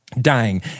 Dying